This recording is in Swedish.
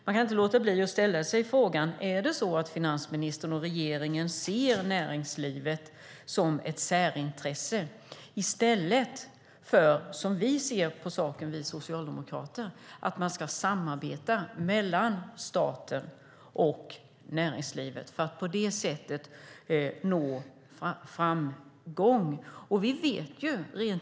Man kan inte låta bli att ställa sig frågan om finansministern och regeringen ser näringslivet som ett särintresse i stället för som vi socialdemokrater ser på saken att man ska samarbeta mellan staten och näringslivet för att på det sättet nå framgång.